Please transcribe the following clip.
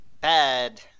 bad